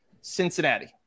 Cincinnati